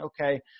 okay